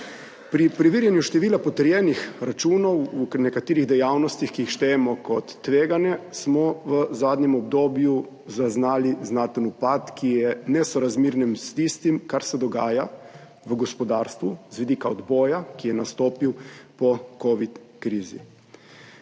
Pri preverjanju števila potrjenih računov v nekaterih dejavnostih, ki jih štejemo kot tvegane, smo v zadnjem obdobju zaznali znaten upad, ki je nesorazmeren s tistim, kar se dogaja v gospodarstvu z vidika obdobja, ki je nastopil po kovidni krizi.